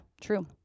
true